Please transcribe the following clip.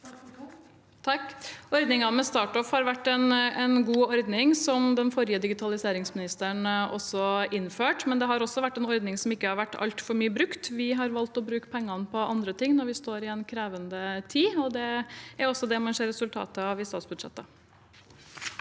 Ordningen med StartOff har vært en god ordning, som den forrige digitaliseringsministeren innførte, men det har også vært en ordning som ikke har vært altfor mye brukt. Vi har valgt å bruke pengene på andre ting når vi står i en krevende tid, og det er det man ser resultatet av i statsbudsjettet.